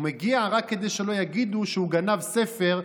הוא מגיע רק כדי שלא יגידו שהוא גנב ספר,